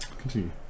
Continue